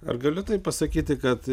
ar galiu taip pasakyti kad